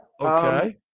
Okay